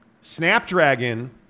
Snapdragon